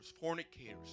fornicators